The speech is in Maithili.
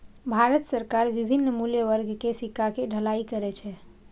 भारत सरकार विभिन्न मूल्य वर्ग के सिक्का के ढलाइ करै छै